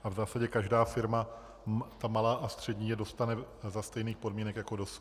V zásadě každá firma, ta malá a střední, je dostane za stejných podmínek jako dosud.